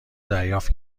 دریافت